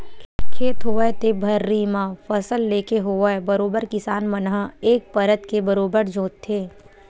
खेत होवय ते भर्री म फसल लेके होवय बरोबर किसान मन ह एक परत के बरोबर जोंतथे